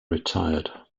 retired